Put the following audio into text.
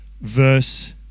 verse